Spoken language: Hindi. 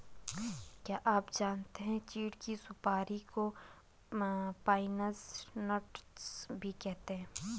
क्या आप जानते है चीढ़ की सुपारी को पाइन नट्स भी कहते है?